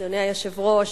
אדוני היושב-ראש,